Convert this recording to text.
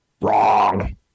wrong